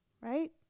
right